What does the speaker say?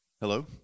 Hello